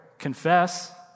confess